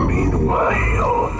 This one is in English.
Meanwhile